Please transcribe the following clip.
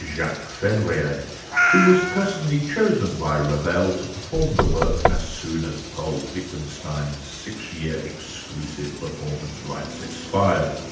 jacques fevrier who was personally chosen by ravel to perform the work as soon as paul wittgenstein's six-year exclusive performance rights expired.